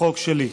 החוק שלי.